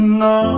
no